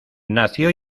nació